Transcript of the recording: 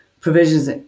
provisions